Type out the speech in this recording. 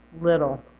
little